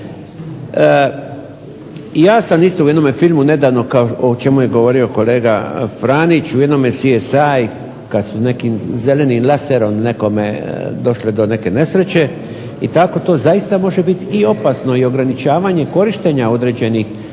Ja sam u jednom filmu nedavno o čemu je govorio kolega Franić u jednom CSI kada su nekim zelenim laserom došli do neke nesreće i tako to zaista može biti opasno i ograničavanje korištenja određenih lasera